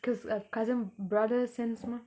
cause of cousin brothers and so on